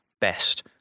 best